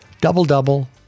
double-double